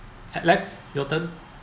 alex your turn